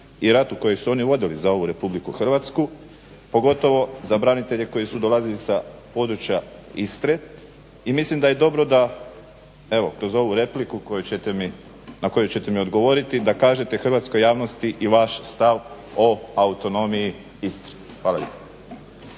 i ratu koji su oni vodili za ovu Republiku Hrvatsku, pogotovo za branitelje koji su dolazili sa područja Istre. I mislim da je dobro da kroz ovu repliku na koju ćete mi odgovoriti da kažete hrvatskoj javnosti i vaš stav o autonomiji Istre. Hvala